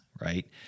Right